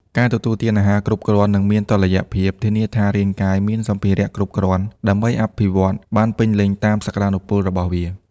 ការទទួលទានអាហារគ្រប់គ្រាន់ និងមានតុល្យភាព ធានាថារាងកាយមានសម្ភារៈគ្រប់គ្រាន់ដើម្បីអភិវឌ្ឍបានពេញលេញតាមសក្តានុពលរបស់វា។